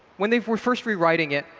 when they were first rewriting it,